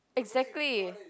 exactly